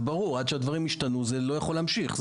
עד שהדברים ישתנו, זה לא יכול להמשיך.